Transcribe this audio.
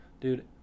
dude